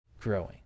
growing